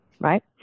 Right